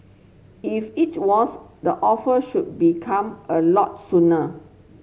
if it was the offer should be come a lot sooner